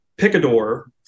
Picador